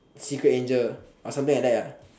secret angel or something like that